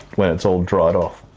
when it's all dried off.